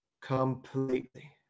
completely